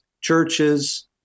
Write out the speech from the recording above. churches